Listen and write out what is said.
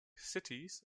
cities